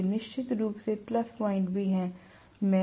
लेकिन निश्चित रूप से प्लस पॉइंट भी हैं